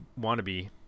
wannabe